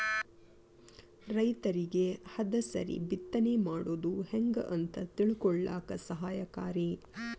ರೈತರಿಗೆ ಹದಸರಿ ಬಿತ್ತನೆ ಮಾಡುದು ಹೆಂಗ ಅಂತ ತಿಳಕೊಳ್ಳಾಕ ಸಹಾಯಕಾರಿ